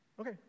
okay